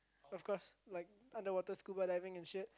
of course like underwater scuba diving and shit